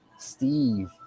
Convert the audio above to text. Steve